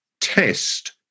test